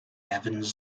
evans